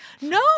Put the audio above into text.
No